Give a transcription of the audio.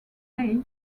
may